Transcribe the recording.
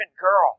girl